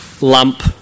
lump